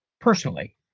personally